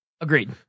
Agreed